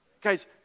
Guys